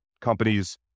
companies